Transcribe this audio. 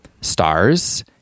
Stars